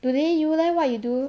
today you leh what you do